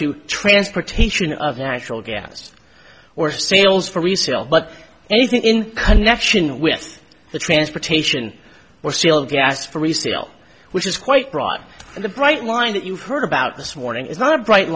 to transportation of natural gas or sales for resale but anything in connection with the transportation or sale gas for resale which is quite broad and the bright line that you've heard about this morning is not a bright